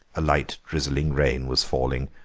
a light, drizzling rain was falling,